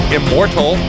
immortal